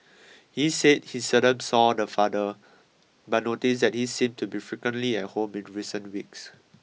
he said he seldom saw the father but noticed that he seemed to be frequently at home in recent weeks